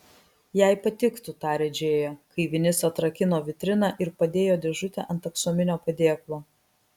jai patiktų tarė džėja kai vinis atrakino vitriną ir padėjo dėžutę ant aksominio padėklo